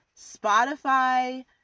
Spotify